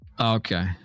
okay